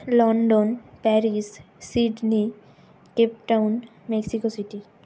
London Paris Sydney Cape Town Mexico city